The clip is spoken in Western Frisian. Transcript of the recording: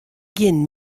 gjin